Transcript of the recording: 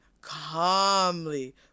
calmly